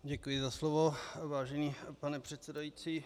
Děkuji za slovo, vážený pane předsedající.